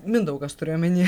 mindaugas turiu omeny